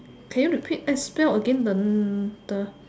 can you repeat eh spell again the the